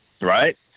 Right